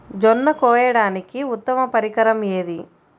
జొన్న కోయడానికి ఉత్తమ పరికరం ఏది?